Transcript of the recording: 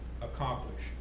accomplish